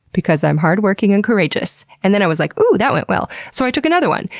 because i'm hard working and courageous. and then i was like, ooh, that went well. so i took another one.